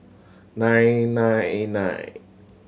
nine nine nine